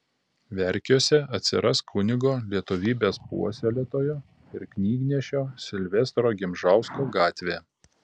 verkiuose atsiras kunigo lietuvybės puoselėtojo ir knygnešio silvestro gimžausko gatvė